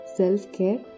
self-care